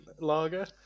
lager